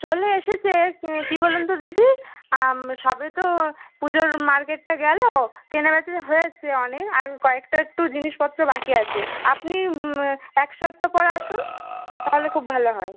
চলে এসেছে কী বলুন তো দিদি সবে তো পুজোর মার্কেটটা গেলো কেনা বেচা হয়েছে অনেক আর কয়েকটা একটু জিনিসপত্র বাকি আছে আপনি এক সপ্তাহ পর আসুন তাহলে খুব ভালো হয়